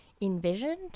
envisioned